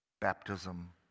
baptism